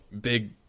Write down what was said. big